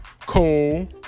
Cole